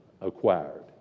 acquired